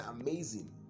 amazing